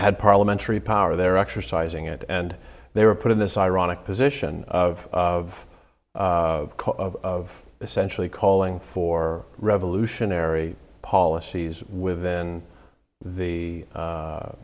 had parliamentary power their exercising it and they were put in this ironic position of of of essentially calling for revolutionary policies within the